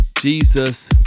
Jesus